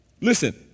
Listen